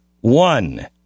one